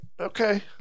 Okay